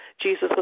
Jesus